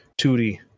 2D